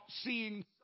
seeing